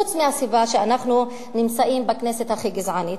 חוץ מהסיבה שאנחנו נמצאים בכנסת הכי גזענית?